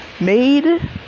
made